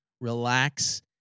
Relax